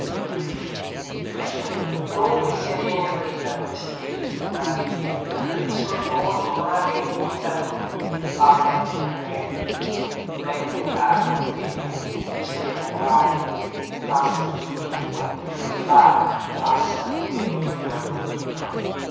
di più su più su dove serene brillano le stelle sul mar di nebbia sul fumoso mare in cui tallunghi in pallide fiammelle tu lento carro e tu stella polare passano squilli come di fanfare passa un nero triangolo di gru